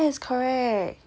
yes correct ya